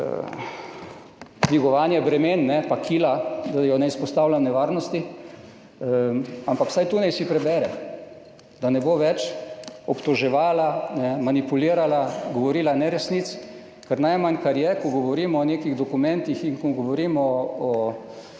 dvigovanje bremen in kila, da je ne izpostavljam nevarnosti, ampak vsaj to naj si prebere, da ne bo več obtoževala, manipulirala, govorila neresnic, ker najmanj, kar je, ko govorimo o nekih dokumentih in ko govorimo o